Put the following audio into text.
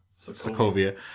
Sokovia